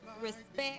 respect